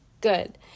good